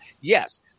yes